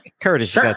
Curtis